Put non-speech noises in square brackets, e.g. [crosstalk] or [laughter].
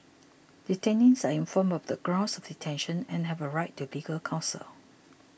[noise] detainees are informed about the grounds of detention and have a right to legal counsel